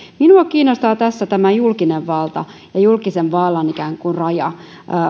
minua kiinnostaa tässä julkinen valta ja julkisen vallan raja